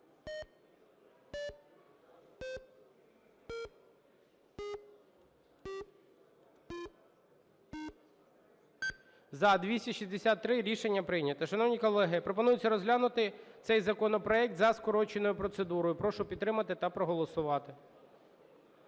За-263 Рішення прийнято. Шановні колеги, пропонується розглянути цей законопроект за скороченою процедурою. Прошу підтримати та проголосувати.